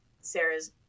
sarah's